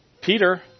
Peter